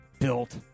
built